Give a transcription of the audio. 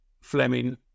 Fleming